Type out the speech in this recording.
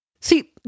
See